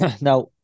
now